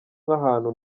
nk’ahantu